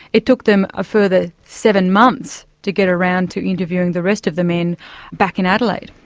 it took them a further seven months to get around to interviewing the rest of the men back in adelaide.